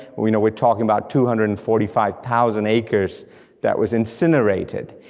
we know we're talking about two hundred and forty five thousand acres that was incinerated.